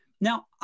Now